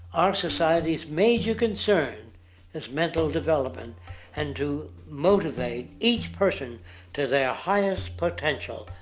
our society's major concern is mental development and to motivate each person to their highest potential.